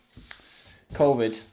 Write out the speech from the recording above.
COVID